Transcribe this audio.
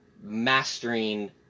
mastering